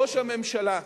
ראש הממשלה,